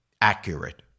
accurate